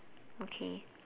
okay